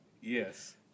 Yes